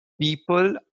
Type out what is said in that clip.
people